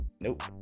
nope